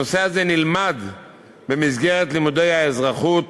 הנושא הזה נלמד בהרחבה במסגרת לימודי האזרחות